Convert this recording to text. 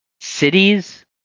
cities